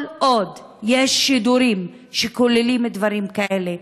כל עוד יש שידורים שכוללים דברים כאלה,